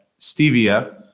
stevia